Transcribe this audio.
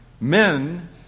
men